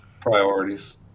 priorities